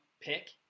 pick